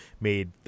made